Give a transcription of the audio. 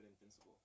Invincible